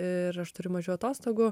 ir aš turiu mažiau atostogų